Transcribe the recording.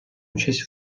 участь